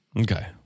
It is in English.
Okay